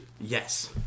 Yes